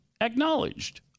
acknowledged